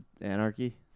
Anarchy